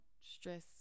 stress